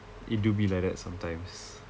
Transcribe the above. it do be like that sometimes